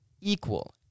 equal